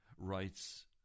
writes